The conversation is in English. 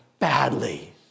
badly